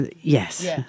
Yes